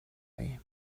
way